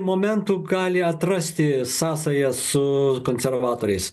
momentu gali atrasti sąsają su konservatoriais